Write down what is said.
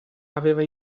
aveva